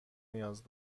نیاز